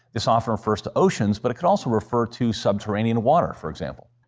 this often refers to oceans, but it could also refer to sub-terranean water, for example.